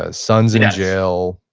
ah son's in jail,